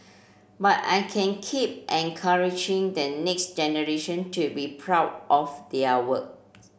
but I can keep encouraging the next generation to be proud of their work